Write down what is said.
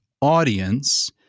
audience